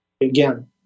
again